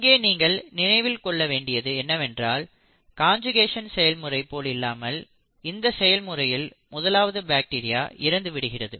இங்கே நீங்கள் நினைவில் கொள்ள வேண்டியது என்னவென்றால் காஞ்சுகேஷன் செயல்முறை போல் இல்லாமல் இந்த செயல்முறையில் முதலாவது பாக்டீரியா இறந்து விடுகிறது